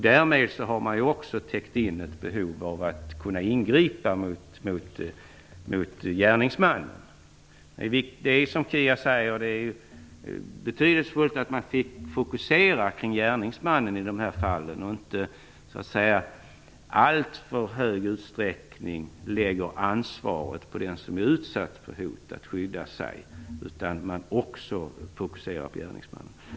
Därmed har man också täckt in ett behov av att kunna ingripa mot gärningsman. Det är som Kia Andreasson säger betydelsefullt att man fokuserar på gärningsmannen i de här fallen och inte i alltför hög utsträckning lägger ansvaret för att skydda sig på den som är utsatt för hotet. Man måste också fokusera på gärningsmannen.